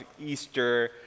Easter